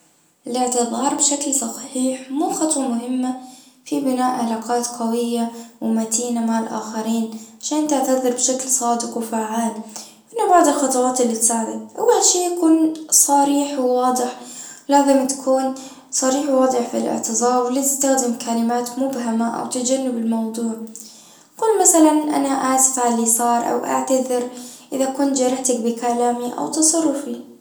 الإعتذار بشكل صحيح مو خطوة مهمة في بناء علاقات قوية ومتينة مع الاخرين عشان تعتذر صادق وفعال في بعض الخطوات اللي تساعدك أول شي يكون صريح وواضح و لازم تكون صريح وواضح في الاعتذار ولا تستخدم كلمات مبهمة او تجنب الموضوع قل مثلًا أنا أسف على اللي صار أو اعتذرإذا كنت جرحتك بكلامي أو تصرفي.